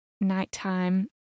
nighttime